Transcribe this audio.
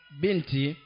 binti